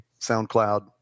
SoundCloud